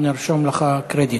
נרשום לך קרדיט.